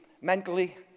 mentally